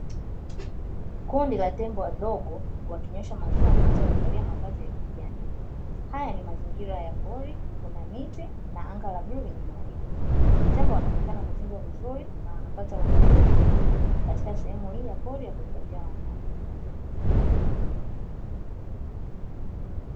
Kundi la tembo wadogo wakinyweshwa maziwa na watu waliovaa mavazi ya kijani. Haya ni mazingira ya pori, kuna miti na anga la blue lenye mawingu. Tembo wanaonekana kutunzwa vizuri, na wanapata uangalizi maalumu, katika sehemu hii ya pori ya kuhifadhi wanyama.